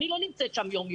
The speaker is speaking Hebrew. אני לא נמצאת שם יום-יום,